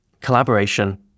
collaboration